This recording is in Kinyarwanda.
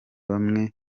bamwe